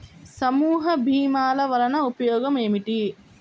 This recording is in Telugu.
సమూహ భీమాల వలన ఉపయోగం ఏమిటీ?